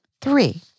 Three